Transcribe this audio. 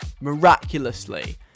miraculously